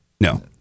No